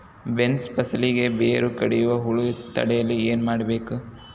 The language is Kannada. ಬೇನ್ಸ್ ಫಸಲಿಗೆ ಬೇರು ಕಡಿಯುವ ಹುಳು ತಡೆಯಲು ಏನು ಮಾಡಬೇಕು?